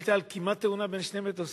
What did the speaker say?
זו שאילתא על כמעט-תאונה בין שני מטוסים.